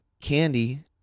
candy